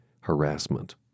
harassment